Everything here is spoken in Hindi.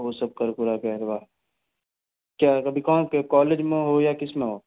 वो सब कर कुरा के एक बार क्या अभी कहाँ कॉलेज में हो या किसमें हो